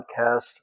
podcast